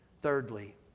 Thirdly